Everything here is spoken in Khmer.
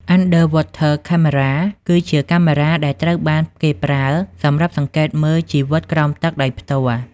Underwater Cameras គឺជាកាមេរ៉ាទដែលត្រូវបានគេប្រើសម្រាប់សង្កេតមើលជីវិតក្រោមទឹកដោយផ្ទាល់។